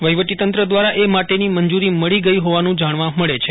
વહીવટીતંત્ર દવારા એ માટેની મંજૂરી મળી ગઇ હોવાનું જાણવા મળે છે